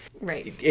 right